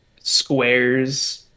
squares